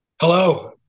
Hello